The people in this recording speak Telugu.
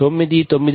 9 9